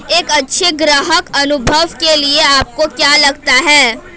एक अच्छे ग्राहक अनुभव के लिए आपको क्या लगता है?